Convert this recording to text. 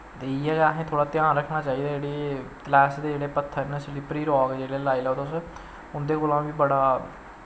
ते इयां गै असैं ध्यान रक्खना चाही दा जेह्ड़ी तलैसदे जेह्ड़े पत्थर न सलिपरी रॉक लाई लैओ तुस उंदे कोला बी बड़ा